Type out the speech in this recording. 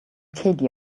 katie